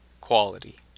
quality